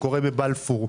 שקורה בבלפור.